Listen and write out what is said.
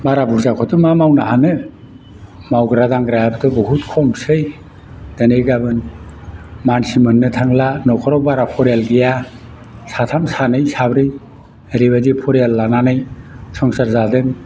बारा बुरजाखौथ' मा मावनो हानो मावग्रा दांग्रायाबोथ' बहुत खमसै दिनै गाबोन मानसि मोननो थांला न'खराव बारा फरियाल गैया साथाम सानै साब्रै ओरैबायदि फरियाल लानानै संसार जादों